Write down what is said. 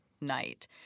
night